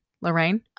Lorraine